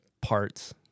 parts